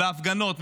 בהפגנות,